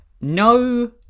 no